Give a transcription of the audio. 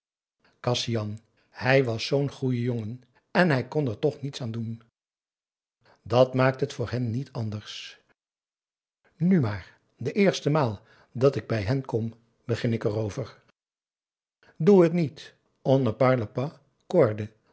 kasian hij was zoo'n goeje jongen en hij kon er toch niets aan doen at maakt het voor hen niet anders nu maar de eerste maal dat ik bij hen kom begin ik erover doe het niet